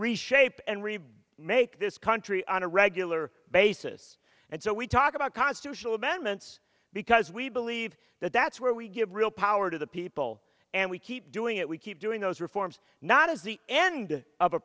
reshape and really make this country on a regular basis and so we talk about constitutional amendments because we believe that that's where we give real power to the people and we keep doing it we keep doing those reforms not as the end of a